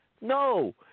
No